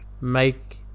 make